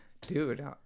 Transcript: Dude